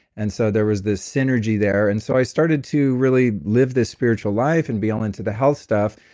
and so there was this synergy there, and so i started to really live this spiritual life and be all into the health stuff,